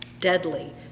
deadly